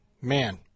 man